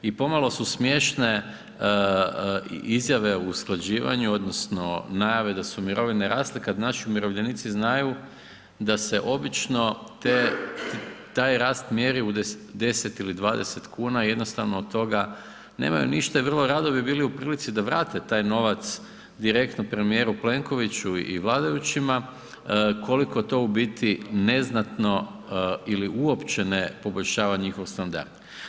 I pomalo su smiješne i izjave o usklađivanju, odnosno najave da su mirovine rasle kada naši umirovljenici znaju da se obično te, taj rast mjeri u 10 ili 20 kuna i jednostavno od toga nemaju ništa i vrlo rado bi bili u prilici da vrate taj novac direktno premijeru Plenkoviću i vladajućima koliko to u biti neznatno ili uopće ne poboljšava njihov standard.